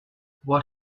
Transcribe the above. what